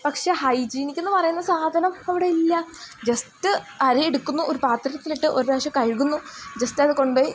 പക്ഷേ ഹൈജീനിക്കെന്നു പറയുന്ന സാധനം അവിടെയില്ല ജസ്റ്റ് അരി എടുക്കുന്നു ഒരു പാത്രത്തിലിട്ട് ഒരു പ്രാവശ്യം കഴുകുന്നു ജസ്റ്റ് അത് കൊണ്ടുപോയി